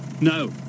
No